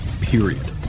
Period